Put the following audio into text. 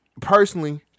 personally